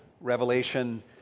Revelation